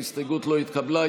ההסתייגות לא התקבלה.